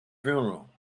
funeral